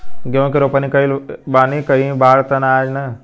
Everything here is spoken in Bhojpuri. गेहूं के रोपनी कईले बानी कहीं बाढ़ त ना आई ना?